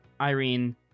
Irene